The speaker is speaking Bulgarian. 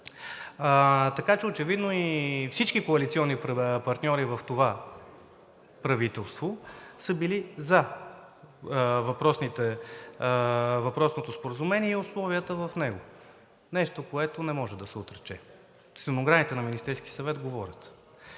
Така че очевидно всички коалиционни партньори в това правителство са били за въпросното споразумение и условията в него – нещо, което не може да се отрече. Стенограмите на Министерския съвет говорят.